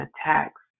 attacks